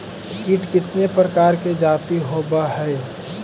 कीट कीतने प्रकार के जाती होबहय?